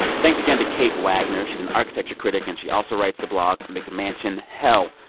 thanks again to kate wagner. she's an architecture critic, and she also writes the blog mcmansion hell.